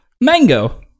Mango